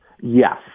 Yes